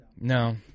no